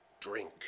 drink